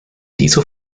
dieser